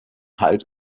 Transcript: halt